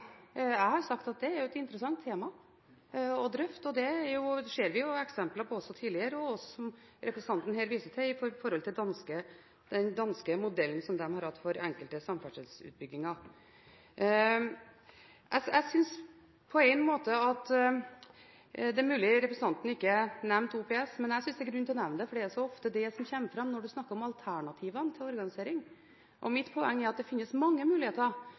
Jeg har sagt at det er et interessant tema å drøfte. Vi har tidligere sett eksempler på dette, som representanten viser til, nemlig den danske modellen for enkelte samferdselsutbygginger. Det er mulig representanten ikke nevnte OPS, men jeg synes det er grunn til det, for det er ofte det som kommer fram når man snakker om alternativ organisering. Mitt poeng er at det finnes mange muligheter